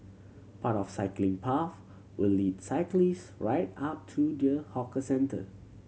part of cycling path will lead cyclist right up to the hawker centre